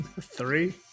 Three